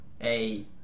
Hey